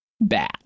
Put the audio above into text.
bad